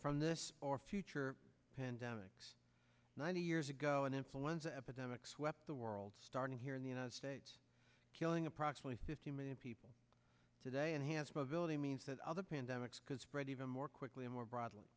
from this or future pandemics ninety years ago an influenza epidemic swept the world starting here in the united states killing approximately fifty million people today and has mobility means that other pandemics because fred even more quickly and more broadly